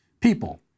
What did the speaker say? people